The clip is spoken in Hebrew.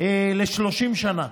ל-30 שנה,